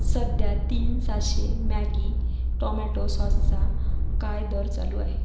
सद्या तीन sachet Maggi tomato सॉसचा काय दर चालू आहे